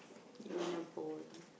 you wanna bowl